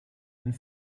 and